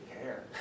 care